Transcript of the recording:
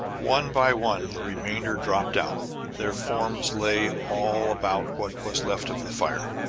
one by one the remainder dropped out their forms lay all about what was left of the fire.